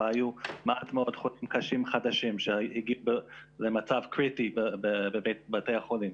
אבל היו מעט מאוד חולים קשים חדשים שהגיעו למצב קריטי בבתי החולים.